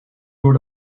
door